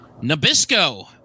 Nabisco